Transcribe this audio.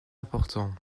important